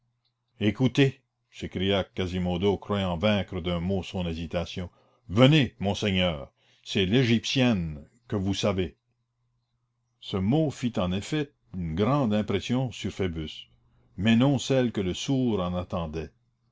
écoutez s'écria quasimodo croyant vaincre d'un mot son hésitation venez monseigneur c'est l'égyptienne que vous savez ce mot fit en effet une grande impression sur phoebus mais non celle que le sourd en attendait